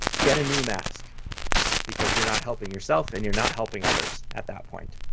get a new mask because you're not helping yourself and you're not helping others at that point.